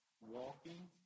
walking